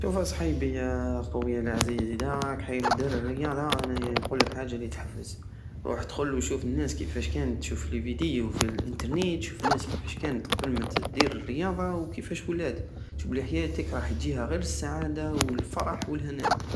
شوف يا صحيبي يا خويا لعزيز ادا راك حايب ادير الرياضة انايا نقولك حاجة الي تحفز روح ادخل وشوف الناس كيفاش كانت فلي فيديو فلانترنيت شوف الناس كيفاش كانت قبل ماتبدى دير الرياضة وكيفاش ولات شوف حياتك راح جيها غير السعادة والفرح والهناء